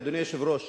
אף אחד לא הפריע לך.